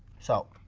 so